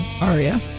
Aria